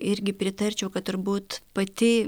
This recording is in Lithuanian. irgi pritarčiau kad turbūt pati